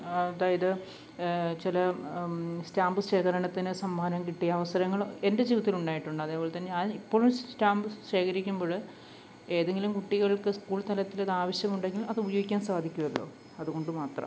അതായത് ചില സ്റ്റാമ്പ് ശേഖരണത്തിനു സമ്മാനം കിട്ടിയ അവസരങ്ങൾ എൻ്റെ ജീവിതത്തിലുണ്ടായിട്ടുണ്ട് അതേപോലെ തന്നെ ഞാൻ ഇപ്പോഴും സ്റ്റാമ്പ് ശേഖരിക്കുമ്പോൾ ഏതെങ്കിലും കുട്ടികൾക്കു സ്കൂൾ തലത്തിലത് ആവശ്യമുണ്ടെങ്കിൽ അത് ഉപയോഗിക്കാൻ സാധിക്കുമല്ലോ അതുകൊണ്ട് മാത്രം